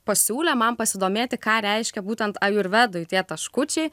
pasiūlė man pasidomėti ką reiškia būtent ajurvedoj tie taškučiai